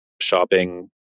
shopping